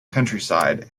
countryside